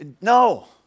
No